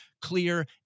clear